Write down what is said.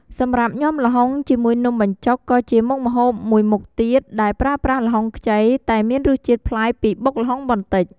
សម្រាប់ញាំល្ហុងជាមួយនំបញ្ចុក ក៏ជាមុខម្ហូបមួយមុខទៀតដែលប្រើប្រាស់ល្ហុងខ្ចី តែមានរសជាតិប្លែកពីបុកល្ហុងបន្តិច។